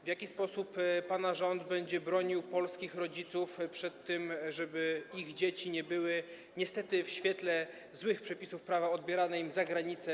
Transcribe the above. W jaki sposób pana rząd będzie bronił polskich rodziców przed tym, żeby ich dzieci nie były, niestety, w świetle złych przepisów prawa odbierane im za granicą?